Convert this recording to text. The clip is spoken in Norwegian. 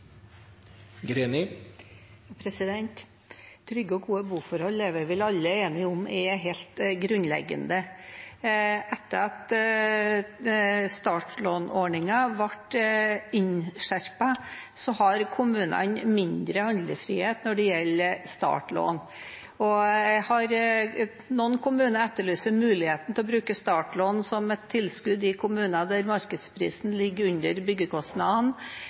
vi vel alle enige om er helt grunnleggende. Etter at startlånordningen ble innskjerpet, har kommunene mindre handlefrihet når det gjelder startlån. Noen kommuner etterlyser muligheten til å bruke startlån som et tilskudd – i kommuner der markedsprisen ligger under